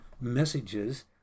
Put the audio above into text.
messages